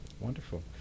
wonderful